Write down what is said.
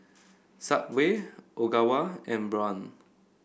subway Ogawa and Braun